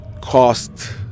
cost